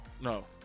No